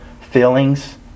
Feelings